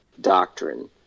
doctrine